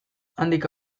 handik